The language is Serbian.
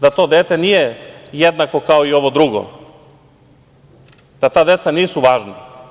Da to dete nije jednako kao i ovo drugo, da ta deca nisu važna?